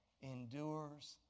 endures